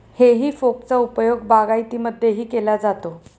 हेई फोकचा उपयोग बागायतीमध्येही केला जातो